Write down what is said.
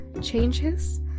changes